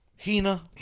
Hina